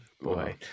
Boy